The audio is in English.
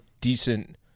decent